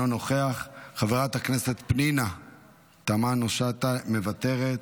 אינו נוכח, חברת הכנסת פנינה תמנו שטה, מוותרת,